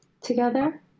together